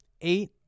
Eight